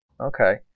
Okay